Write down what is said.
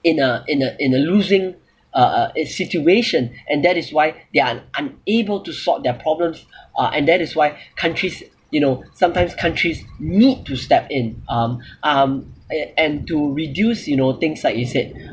in a in a in a losing uh uh a situation and that is why they're unable to solve their problems uh and that is why countries you know sometimes countries need to step in um um and and to reduce you know things like you said